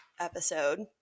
episode